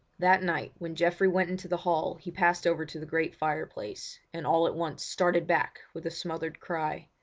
that night when geoffrey went into the hall he passed over to the great fireplace, and all at once started back with a smothered cry.